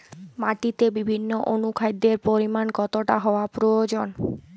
মাটিতে বিভিন্ন অনুখাদ্যের পরিমাণ কতটা হওয়া প্রয়োজন?